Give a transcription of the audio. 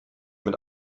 mit